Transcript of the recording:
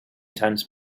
times